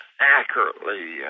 accurately